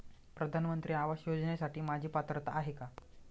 प्रधानमंत्री आवास योजनेसाठी माझी पात्रता आहे का?